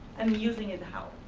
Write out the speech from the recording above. and using it how?